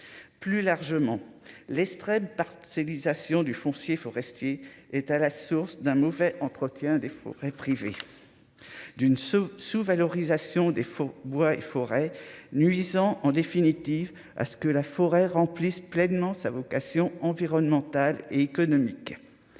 plus largement, l'extrême parcellisation du foncier forestier est à la source d'un mauvais entretien des forêts privées d'une sous-sous-valorisation des faux bois et forêts nuisant en définitive à ce que la forêt remplisse pleinement sa vocation environnementale et économique,